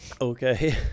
okay